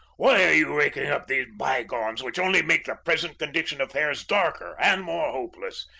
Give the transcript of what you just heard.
why are you raking up these bygones which only make the present condition of affairs darker and more hopeless?